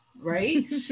Right